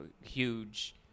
huge